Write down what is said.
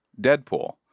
Deadpool